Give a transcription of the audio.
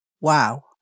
wow